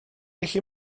gallu